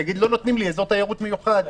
יגיד: לא נותנים לי אזור תיירות מיוחד.